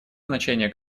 значение